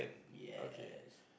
yes